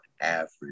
average